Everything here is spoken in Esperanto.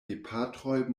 gepatroj